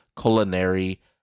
culinary